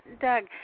Doug